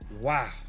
wow